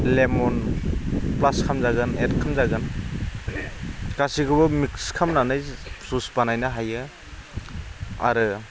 lemon प्लास खामजागोन add खालामजागोन गासैखौबो मिक्स खालामनानै जुइस बानायनो हायो आरो